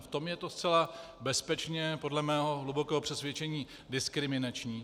V tom je to zcela bezpečně, podle mého hlubokého přesvědčení, diskriminační.